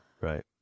right